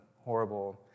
horrible